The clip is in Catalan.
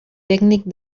tècnic